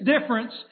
difference